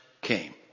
came